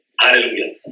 Hallelujah